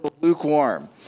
lukewarm